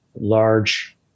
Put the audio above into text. large